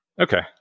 Okay